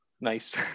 Nice